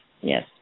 yes